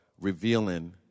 revealing